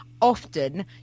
often